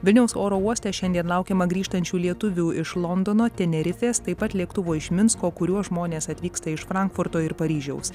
vilniaus oro uoste šiandien laukiama grįžtančių lietuvių iš londono tenerifės taip pat lėktuvo iš minsko kuriuo žmonės atvyksta iš frankfurto ir paryžiaus